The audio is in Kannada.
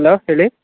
ಹಲೋ ಹೇಳಿ